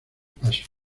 pasos